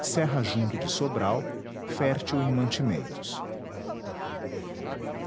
serra junto de sobral fértil em mantimentos